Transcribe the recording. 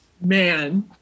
Man